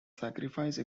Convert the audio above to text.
sacrifice